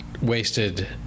wasted